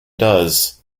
does